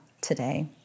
today